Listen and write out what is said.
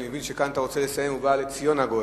אני מבין שכאן אתה רוצה לסיים ב"ובא לציונה גואל".